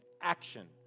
action